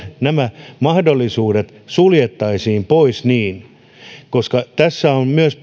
nämä mahdollisuudet suljettaisiin pois koska tässä myös